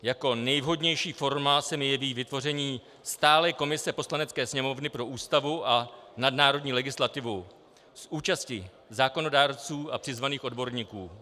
Jako nejvhodnější forma se mi jeví vytvoření stálé komise Poslanecké sněmovny pro Ústavu a nadnárodní legislativu s účastí zákonodárců a přizvaných odborníků.